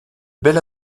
bel